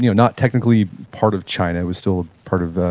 you know not technically part of china, it was still part of the,